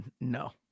No